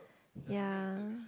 ya